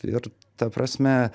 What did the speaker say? ir ta prasme